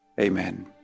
amen